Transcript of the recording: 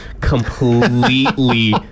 completely